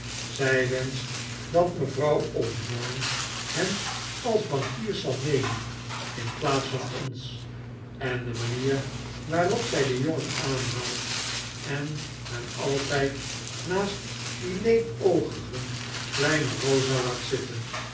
zij wenscht dat mevrouw osborne hen als bankiers zal nemen in plaats van ons en de manier waarop zij dien jongen aanhaalt en hem altijd naast die leepoogige kleine rosa laat zitten